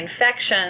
infections